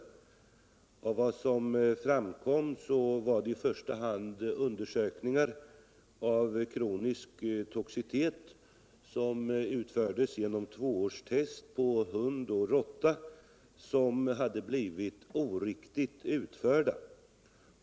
Enligt vad som framkom var det i första hand undersökningar av kronisk toxicitet, som utfördes genom tvåårstest på hund och råtta, som hade blivit oriktigt utförda.